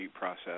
process